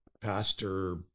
Pastor